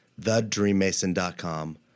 thedreammason.com